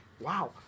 wow